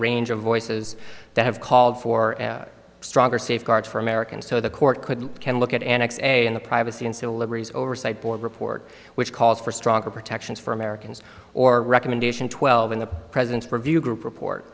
range of voices that have called for stronger safeguards for americans so the court could can look at an x and the privacy and civil liberties oversight board report which calls for stronger protections for americans or recommendation twelve in the president's review group report